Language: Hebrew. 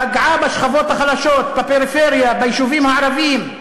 פגעה בשכבות החלשות, בפריפריה, ביישובים הערביים,